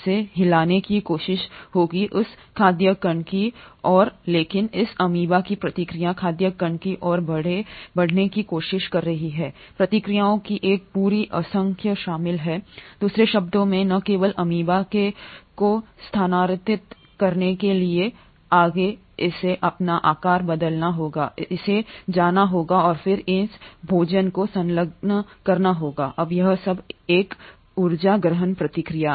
इसे हिलाने की कोशिश होगी उस खाद्य कण की ओर लेकिन इस अमीबा की प्रक्रिया खाद्य कण की ओर बढ़ने की कोशिश कर रही है प्रक्रियाओं की एक पूरी असंख्य शामिल हैदूसरे शब्दों में न केवल अमीबा को स्थानांतरित करने के लिए आगे इसे अपना आकार बदलना होगा इसे जाना होगा और फिर इस भोजन को संलग्न करना होगाअब यह सब एक है ऊर्जा गहन प्रक्रिया